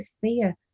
fear